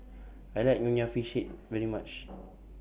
I like Nonya Fish Head very much